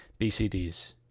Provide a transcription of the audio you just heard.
BCDs